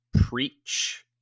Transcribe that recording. preach –